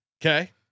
Okay